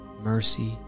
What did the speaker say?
Mercy